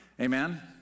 Amen